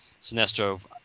Sinestro